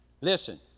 Listen